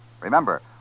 Remember